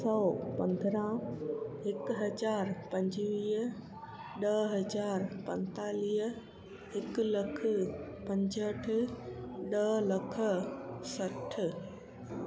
सौ पंद्रहां हिकु हज़ार पंजवीह ॾह हज़ार पंतालीह हिकु लख पंजहठि ॾह लख सठि